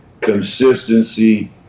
consistency